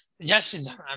Suggestions